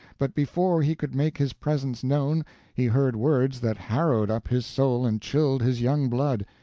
but before he could make his presence known he heard words that harrowed up his soul and chilled his young blood,